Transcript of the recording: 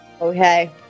Okay